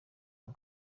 ngo